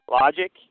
Logic